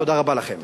תודה רבה לכם.